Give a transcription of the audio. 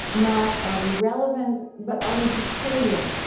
not are we relevant, but are we peculiar?